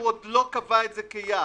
הוא עוד לא קבע את זה כיעד.